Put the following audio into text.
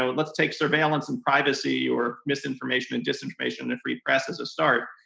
um but let's take surveillance and privacy or misinformation and disinformation in the free press as a start,